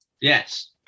Yes